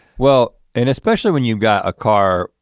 well, and especially when you got a car,